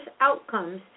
outcomes